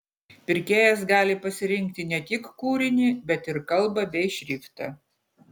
pirkėjas gali pasirinkti ne tik kūrinį bet ir kalbą bei šriftą